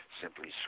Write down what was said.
simply